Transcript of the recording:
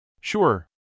Sure